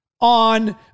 on